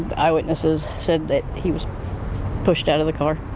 eye witnesses said that he was pushed out of the car.